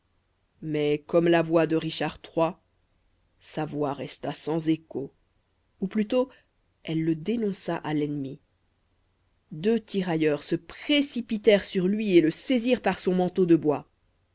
mais comme la voix de richard iii sa voix resta sans écho ou plutôt elle le dénonça à l'ennemi deux tirailleurs se précipitèrent sur lui et le saisirent par son manteau de bois